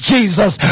Jesus